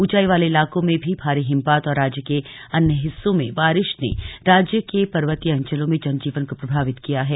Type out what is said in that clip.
ऊंचाई वाले इलाकों में भारी हिमपात और राज्य के अन्य हिस्सों में बारिश ने राज्य के पर्वतीय अंचलों में जनजीवन को प्रभावित किया है